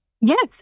Yes